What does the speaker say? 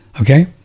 Okay